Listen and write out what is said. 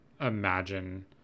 imagine